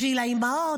בשביל האימהות,